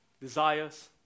desires